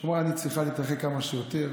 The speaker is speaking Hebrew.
אמרה: אני צריכה להתרחק כמה שיותר,